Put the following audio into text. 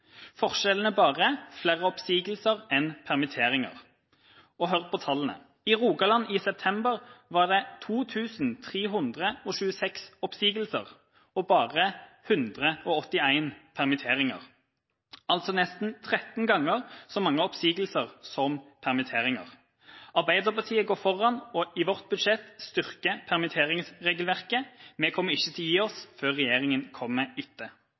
Forskjellen er bare at det nå er flere oppsigelser enn permitteringer. Hør tallene: I Rogaland i september var det 2 326 oppsigelser og bare 181 permitteringer, altså nesten 13 ganger så mange oppsigelser som permitteringer. Arbeiderpartiet går foran, og i vårt budsjett styrkes permitteringsregelverket. Vi kommer ikke til å gi oss før regjeringa kommer etter.